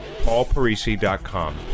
paulparisi.com